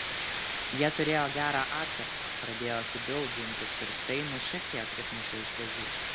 jie turėjo gerą atkarpą pradėjo kibiau gintis ir tai mus šiek tiek išmušė iš vėžių